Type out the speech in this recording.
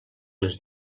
les